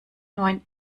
neun